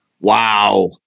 Wow